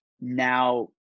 now